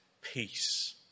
peace